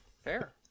fair